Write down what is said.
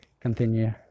continue